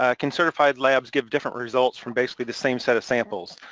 ah can certified labs give different results from basically the same set of samples?